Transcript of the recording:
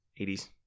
80s